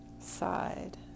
side